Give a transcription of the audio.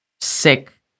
sick